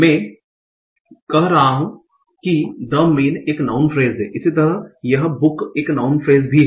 मैं कह रहा हूं कि द मेन एक नाउँन फ्रेस है इसी तरह यह बुक एक नाउँन फ्रेस भी है